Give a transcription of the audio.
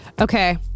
Okay